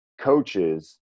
coaches